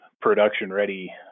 production-ready